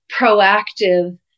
proactive